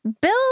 Bill